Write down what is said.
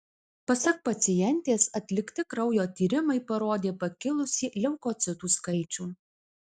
pasak pacientės atlikti kraujo tyrimai parodė pakilusį leukocitų skaičių